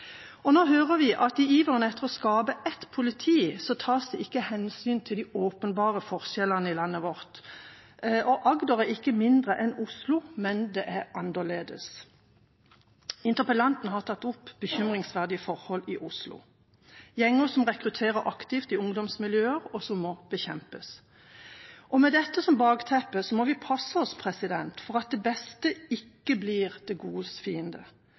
Nå hører vi at i iveren etter å skape ett politi tas det ikke hensyn til de åpenbare forskjellene i landet vårt. Agder er ikke mindre enn Oslo, men det er annerledes. Interpellanten har tatt opp bekymringsverdige forhold i Oslo – om gjenger som rekrutterer aktivt i ungdomsmiljøer, og som må bekjempes. Med dette som bakteppe må vi passe oss så det beste ikke blir det godes fiende,